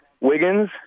Wiggins